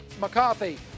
McCarthy